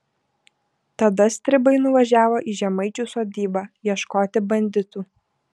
tada stribai nuvažiavo į žemaičių sodybą ieškoti banditų